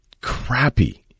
crappy